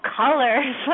colors